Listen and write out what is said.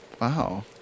Wow